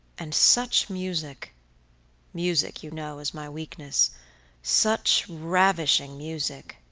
and such music music, you know, is my weakness such ravishing music!